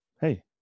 Hey